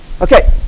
Okay